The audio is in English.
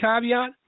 caveat